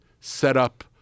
setup